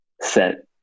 set